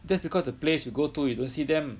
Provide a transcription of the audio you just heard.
that's because the place you go to you don't see them